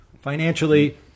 financially